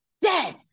dead